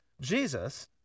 Jesus